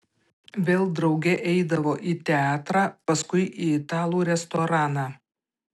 vėl drauge eidavo į teatrą paskui į italų restoraną